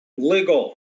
legal